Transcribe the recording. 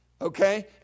okay